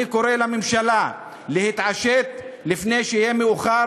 אני קורא לממשלה להתעשת לפני שיהיה מאוחר